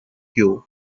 cue